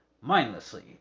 mindlessly